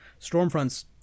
Stormfront's